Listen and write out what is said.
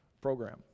program